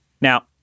Now